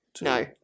No